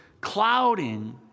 clouding